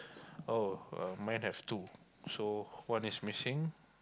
oh uh mine have two so one is missing